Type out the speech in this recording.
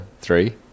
three